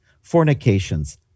fornications